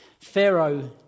Pharaoh